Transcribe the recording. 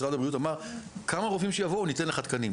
משרד הבריאות אמר "כמה רופאים שיבואו ניתן לך תקנים".